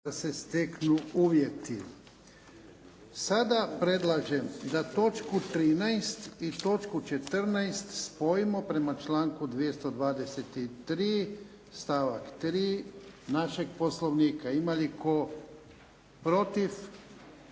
Ivan (HDZ)** Sada predlažem da točku 13. i točku 14. spojimo prema članku 223. stavak 3. našeg Poslovnika. Ima li tko protiv,